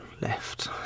left